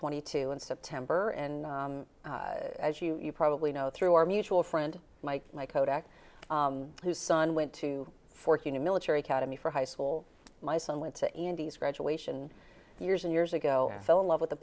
twenty two in september and as you probably know through our mutual friend mike kodak whose son went to fourteen a military academy for high school my son went to andy's graduation years and years ago fell in love with the